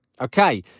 Okay